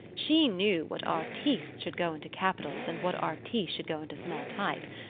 she knew what artistes should go into capitals and what artistes should go into small type.